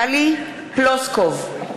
טלי פלוסקוב,